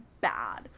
bad